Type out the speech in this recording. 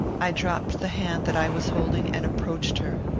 i dropped the hand that i was holding, and approached her.